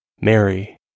Mary